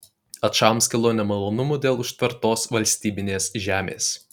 ačams kilo nemalonumų dėl užtvertos valstybinės žemės